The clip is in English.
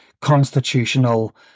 constitutional